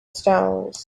stones